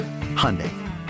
hyundai